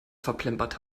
verplempert